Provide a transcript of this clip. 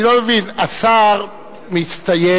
אני לא מבין, השר מסתייג